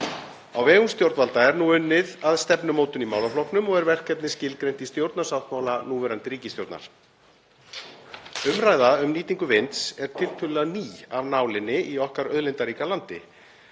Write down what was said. Á vegum stjórnvalda er nú unnið að stefnumótun í málaflokknum og er verkefnið skilgreint í stjórnarsáttmála núverandi ríkisstjórnar. Umræða um nýtingu vinds er tiltölulega ný af nálinni í okkar auðlindaríka landi.